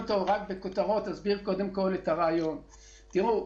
תראו,